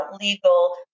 legal